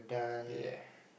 ya